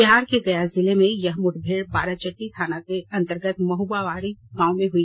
बिहार के गया जिले में यह मुठभेड़ बाराचट्टी थाना के अंतर्गत महआरी गांव में हई